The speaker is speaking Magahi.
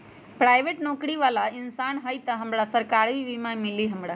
पराईबेट नौकरी बाला इंसान हई त हमरा सरकारी बीमा मिली हमरा?